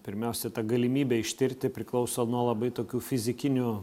pirmiausia ta galimybė ištirti priklauso nuo labai tokių fizikinių